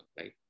right